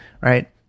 Right